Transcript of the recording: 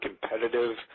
competitive